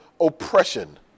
oppression